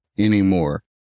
anymore